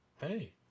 Hey